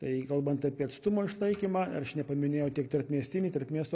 tai kalbant apie atstumo išlaikymą nepaminėjau tik tarpmiestinį tarp miesto